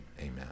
amen